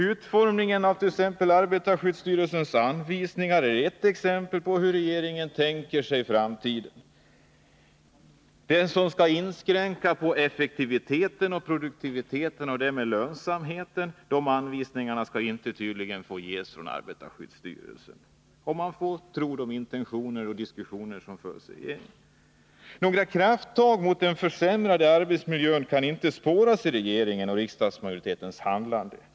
Utformningen av arbetarskyddsstyrelsens anvisningar är ett exempel på hur regeringen tänker sig framtiden. Anvisningar som inskränker på effektiviteten och produktiviteten och därmed lönsamheten skall tydligen inte få ges från arbetarskyddsstyrelsen, om man får tro de diskussioner om intentionerna som förs i regeringen. Några krafttag mot den försämrade arbetsmiljön kaninte spåras i regeringens och riksdagsmajoritetens handlande.